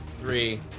Three